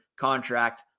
contract